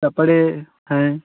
कपड़े हैं